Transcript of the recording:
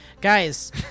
Guys